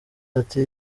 ati